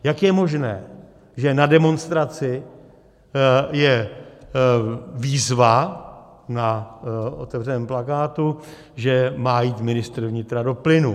Jak je možné, že na demonstraci je výzva na otevřeném plakátu, že má jít ministr vnitra do plynu?